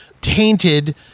tainted